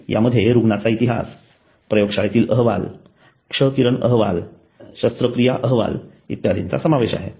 यात रुग्णाचा इतिहास प्रयोगशाळेतील अहवाल क्ष किरण अहवाल शस्त्रक्रिया अहवाल इत्यादींचा समावेश आहे